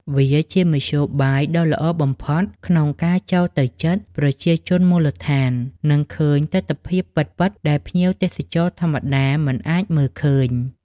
វាជាមធ្យោបាយដ៏ល្អបំផុតក្នុងការចូលទៅជិតប្រជាជនមូលដ្ឋាន និងឃើញទិដ្ឋភាពពិតៗដែលភ្ញៀវទេសចរធម្មតាមិនអាចមើលឃើញ។